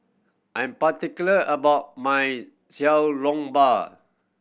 I'm particular about my Xiao Long Bao